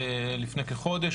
לפני כחודש,